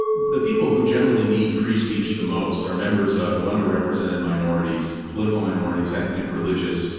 the people who generally need free speech the most are members of underrepresented minorities, political minorities, ethnic, religious,